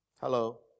Hello